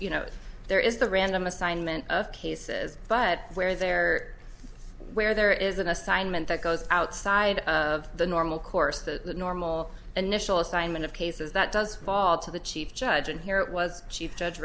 you know there is the random assignment of cases but where there where there is an assignment that goes outside of the normal course the normal initial assignment of cases that does fall to the chief judge and here it was chief judge